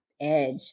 edge